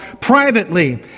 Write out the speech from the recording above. privately